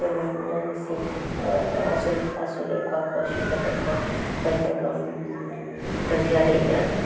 ᱡᱮᱢᱚᱱ ᱥᱤᱢ ᱟᱹᱥᱩᱞ ᱮᱫ ᱠᱚᱣᱟᱠᱚ ᱥᱤᱢ ᱟᱹᱥᱩᱞ ᱠᱟᱛᱮᱠᱚ ᱦᱚᱭᱛᱚ ᱠᱚ ᱨᱚᱡᱽᱜᱟᱨᱮᱫᱟ